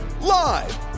Live